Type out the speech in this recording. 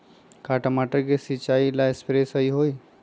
का टमाटर के सिचाई ला सप्रे सही होई?